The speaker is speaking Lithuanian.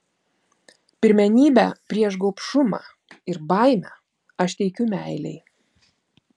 pirmenybę prieš gobšumą ir baimę aš teikiu meilei